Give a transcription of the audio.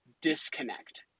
disconnect